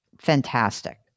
Fantastic